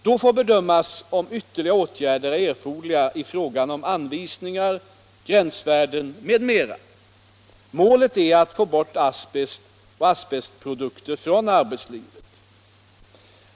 Då får bedömas om ytterligare åtgärder är erforderliga i fråga om anvisningar, gränsvärden m.m. Målet är att få bort asbest och asbestprodukter från arbetslivet.